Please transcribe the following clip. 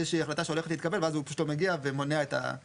אני לא רוצה שיהיה מצב שבזדון מישהו בא